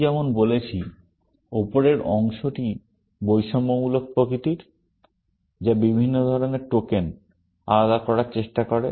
আমি যেমন বলেছি উপরের অংশটি বৈষম্যমূলক প্রকৃতির যা বিভিন্ন ধরণের টোকেন আলাদা করার চেষ্টা করে